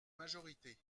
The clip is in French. majorité